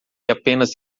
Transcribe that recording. apenas